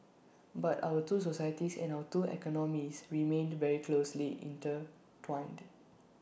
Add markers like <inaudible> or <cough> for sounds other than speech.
<noise> but our two societies and our two economies remained very closely intertwined